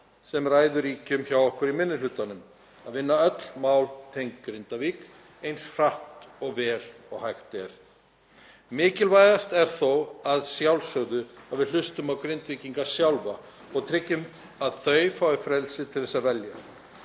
sem ræður ríkjum hjá okkur í minni hlutanum að vinna öll mál tengd Grindavík eins hratt og vel og hægt er. Mikilvægast er þó að sjálfsögðu að við hlustum á Grindvíkinga sjálfa og tryggjum að þau fái frelsi til að velja.